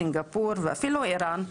סינגפור ואפילו איראן,